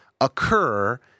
occur